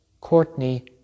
Courtney